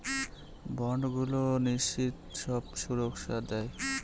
বন্ডগুলো নিশ্চিত সব সুরক্ষা দেয়